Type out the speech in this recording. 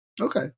Okay